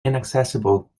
inaccessible